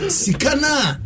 sikana